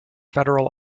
federal